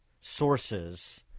sources